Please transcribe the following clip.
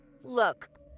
look